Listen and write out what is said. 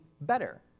better